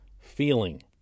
feeling